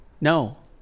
No